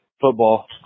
football